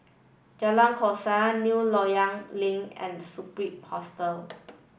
Jalan Koran New Loyang Link and Superb Hostel